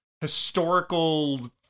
historical